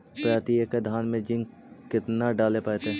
प्रती एकड़ धान मे जिंक कतना डाले पड़ताई?